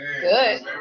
Good